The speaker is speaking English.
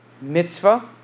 mitzvah